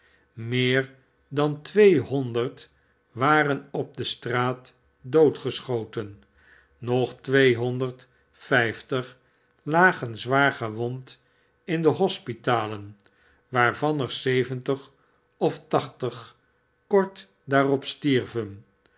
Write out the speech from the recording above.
meer dan tweehonderd waren op de straat doodgeschoten nog tweehonderd vijftig lagen zwaar gewond in de hospitalen waarvan er zeventig of tachtig kort daarop stierven